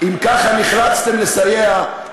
אם ככה נחלצתם לסייע,